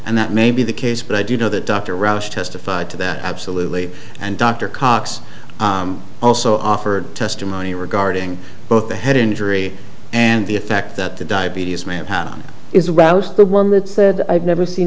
and that may be the case but i do know that dr rush testified to that absolutely and dr cox also offered testimony regarding both the head injury and the effect that the diabetes manhattan is about the one that said i've never seen